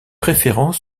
préférant